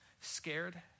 scared